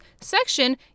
section